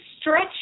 stretch